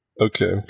okay